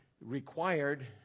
required